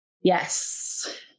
Yes